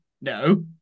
no